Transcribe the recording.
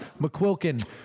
McQuilkin